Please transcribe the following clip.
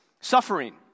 suffering